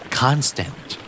constant